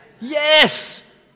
Yes